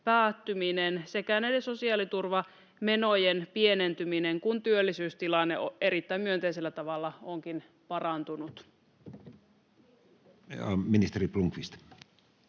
sekä sosiaaliturvamenojen pienentyminen, kun työllisyystilanne erittäin myönteisellä tavalla onkin parantunut.